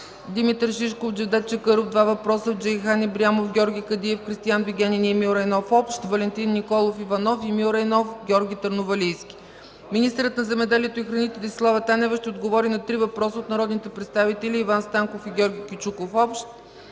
Димитър Шишков, Джевдет Чакъров – два въпроса, Джейхан Ибрямов, Георги Кадиев, Кристиан Вигенин и Емил Райнов, Валентин Николов Иванов, Емил Райнов, Георги Търновалийски; - министърът на земеделието и храните Десислава Танева ще отговори на три въпроса от народните представители Иван Станков и Георги Кючуков,